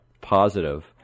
positive